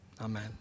Amen